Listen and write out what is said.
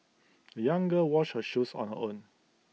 the young girl washed her shoes on her own